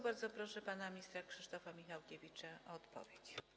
Bardzo proszę pana ministra Krzysztofa Michałkiewicza o odpowiedź.